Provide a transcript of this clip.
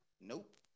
nope